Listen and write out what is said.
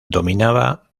dominaba